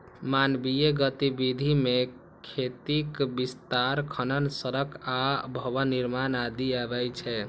मानवीय गतिविधि मे खेतीक विस्तार, खनन, सड़क आ भवन निर्माण आदि अबै छै